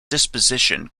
disposition